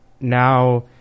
now